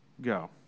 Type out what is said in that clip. go